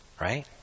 right